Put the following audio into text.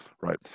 right